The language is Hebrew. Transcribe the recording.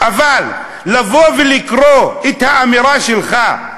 אבל לבוא ולקרוא את האמירה שלך: